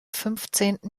fünfzehnten